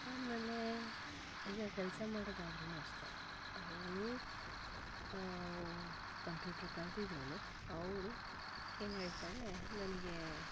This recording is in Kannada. ಆಮೇಲೆ ಈಗ ಕೆಲಸ ಮಾಡೋದಾದ್ರು ಅಷ್ಟೇ ಅವಳು ಕಂಪ್ಯೂಟ್ರು ಕಲ್ತಿದ್ರು ಅವಳು ಏನು ಹೇಳ್ತಾಳೆ ನನಗೆ